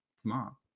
tomorrow